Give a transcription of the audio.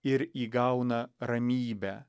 ir įgauna ramybę